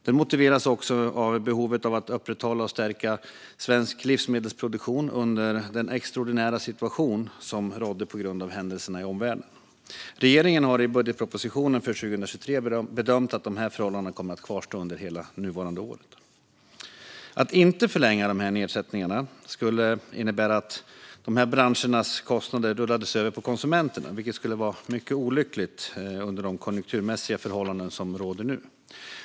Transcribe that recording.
Den motiverades också av behovet av att upprätthålla och stärka svensk livsmedelsproduktion under den extraordinära situation som rådde på grund av händelserna i omvärlden. Regeringen har i budgetpropositionen för 2023 bedömt att dessa förhållanden kommer att kvarstå under hela 2023. Att inte förlänga nedsättningen skulle innebära att kostnaderna för dessa branscher rullades över på konsumenterna, vilket skulle vara mycket olyckligt under de konjunkturmässiga förhållanden som nu råder.